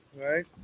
Right